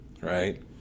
right